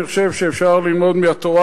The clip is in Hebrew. כי אני חושב שאפשר ללמוד מהתורה